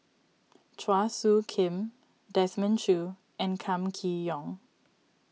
Chua Soo Khim Desmond Choo and Kam Kee Yong